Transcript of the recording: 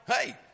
hey